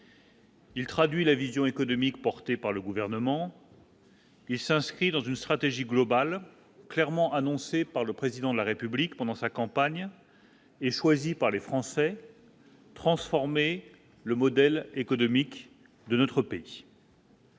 Il traduit la vision économique porté par le gouvernement. Il s'inscrit dans une stratégie globale clairement annoncé par le président de la République pendant sa campagne et choisi par les Français. Transformer le modèle économique de notre pays.